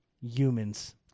humans